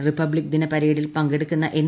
republic ദിന പരേഡിൽ പങ്കെടുക്കുന്ന എൻ